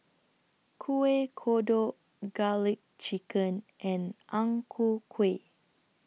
Kueh Kodok Garlic Chicken and Ang Ku Kueh